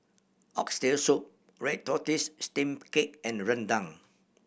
Oxtail Soup red tortoise steamed cake and rendang